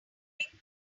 jumping